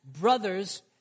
brothers